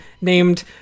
named